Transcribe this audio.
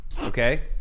okay